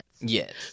Yes